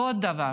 ועוד דבר